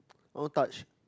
I want touch